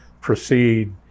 proceed